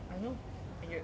I know thank you